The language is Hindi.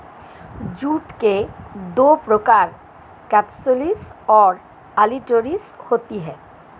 जूट के दो प्रकार केपसुलरिस और ओलिटोरियस होते हैं